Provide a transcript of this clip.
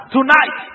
Tonight